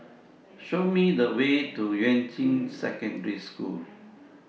Show Me The Way to Yuan Ching Secondary School